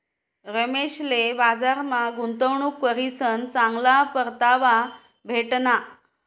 रमेशले बजारमा गुंतवणूक करीसन चांगला परतावा भेटना